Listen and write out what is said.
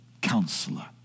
counselor